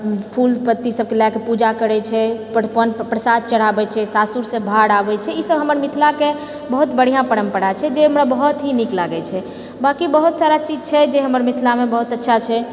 फूल पत्ती सबके लएके पूजा करैत छै प्रसाद चढ़ाबैत छै सासुर से भाड़ आबैत छै ई सब हमर मिथिलाके बहुत बढ़िआँ परम्परा छै जे हमरा बहुत ही नीक लागैत छै बाँकि बहुत सारा चीज छै जे हमर मिथिलामे बहुत अच्छा छै